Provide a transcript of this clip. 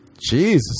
Jesus